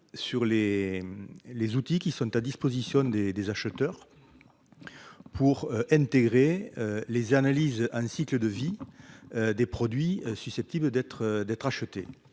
les les outils qui sont à disposition des des acheteurs pour intégrer les analyses un cycle de vie des produits susceptibles d'être d'être